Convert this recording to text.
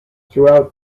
throughout